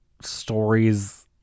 stories